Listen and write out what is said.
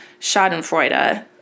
Schadenfreude